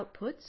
outputs